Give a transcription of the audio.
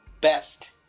best